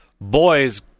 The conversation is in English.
Boys